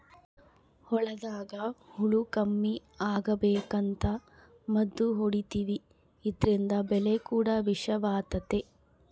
ಹೊಲದಾಗ ಹುಳ ಕಮ್ಮಿ ಅಗಬೇಕಂತ ಮದ್ದು ಹೊಡಿತಿವಿ ಇದ್ರಿಂದ ಬೆಳೆ ಕೂಡ ವಿಷವಾತತೆ